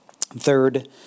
Third